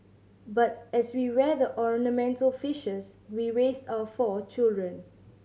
but as we rear the ornamental fishes we raised our four children